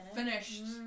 finished